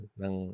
ng